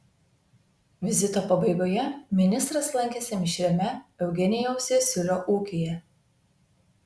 vizito pabaigoje ministras lankėsi mišriame eugenijaus jasiulio ūkyje